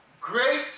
Great